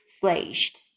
flashed